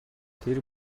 тэр